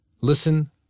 Listen